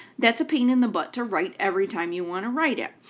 that's a pain in the butt to write every time you want to write it.